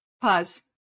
Pause